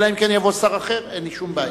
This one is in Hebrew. אלא אם יבוא שר אחר, אין לי שום בעיה.